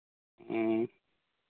ᱦᱮᱸ